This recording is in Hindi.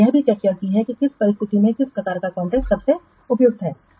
हमने यह भी चर्चा की है कि किस परिस्थिति में किस प्रकार का कॉन्ट्रैक्ट सबसे उपयुक्त है